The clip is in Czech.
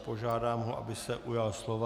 Požádám ho, aby se ujal slova.